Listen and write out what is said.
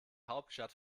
hauptstadt